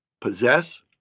possess